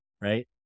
Right